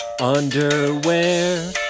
underwear